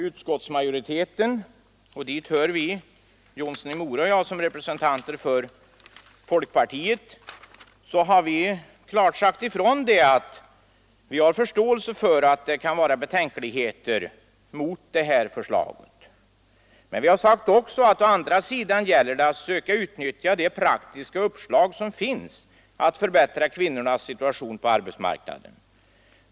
Utskottsmajoriteten — och dit hör herr Jonsson i Mora och jag som representanter för folkpartiet — har klart sagt att vi har förståelse för att det kan anföras betänkligheter mot förslaget. Men vi har också sagt: ”Å andra sidan gäller det att söka utnyttja de praktiska uppslag som finns att förbättra kvinnornas situation på arbetsmarknaden.